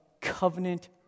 covenant